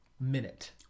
minute